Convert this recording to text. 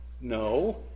No